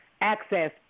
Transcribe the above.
access